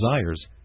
desires